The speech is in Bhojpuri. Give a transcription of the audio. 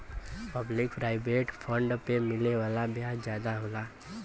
पब्लिक प्रोविडेंट फण्ड पे मिले वाला ब्याज जादा होला